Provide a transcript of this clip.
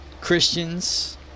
Christians